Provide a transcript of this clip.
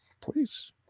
Please